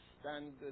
standard